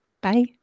Bye